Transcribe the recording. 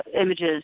images